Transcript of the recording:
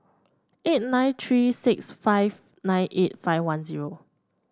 eight nine three six five nine eight five one zero